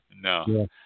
No